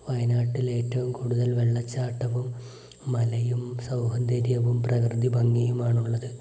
വയനാട്ടിലേറ്റവും കൂടുതൽ വെള്ളച്ചാട്ടവും മലയും സൗന്ദര്യവും പ്രകൃതിഭംഗിയുമാണുള്ളത്